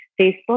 Facebook